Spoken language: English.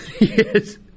Yes